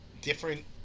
different